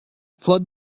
flood